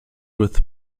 with